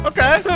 Okay